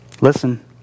Listen